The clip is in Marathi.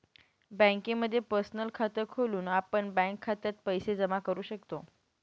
बँकेमध्ये पर्सनल खात खोलून आपण बँक खात्यात पैसे जमा करू शकतो